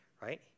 Right